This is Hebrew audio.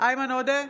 איימן עודה,